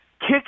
kick